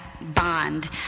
bond